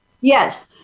Yes